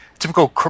Typical